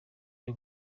cyo